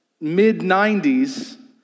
mid-90s